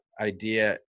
idea